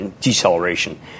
deceleration